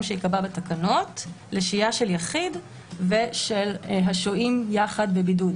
שייקבע בתקנות לשהייה של יחיד ושל השוהים יחד בבידוד.